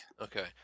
Okay